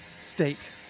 state